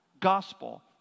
gospel